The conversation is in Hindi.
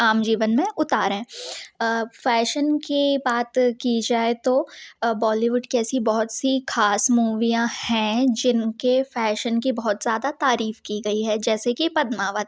आम जीवन में उतारे फैशन के बात की जाए तो बॉलीवूड की ऐसी बहुत सी खास मूवियाँ है जिनके फैशन की बहुत ज़्यादा तारीफ की गई है जैसे कि पद्मावत